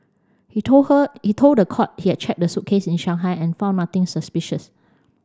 he told her he told the court he had checked the suitcase in Shanghai and found nothing suspicious